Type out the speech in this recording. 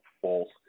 false